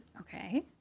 Okay